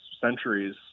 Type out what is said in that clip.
centuries